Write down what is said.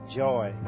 joy